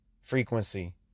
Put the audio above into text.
frequency